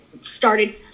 started